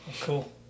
Cool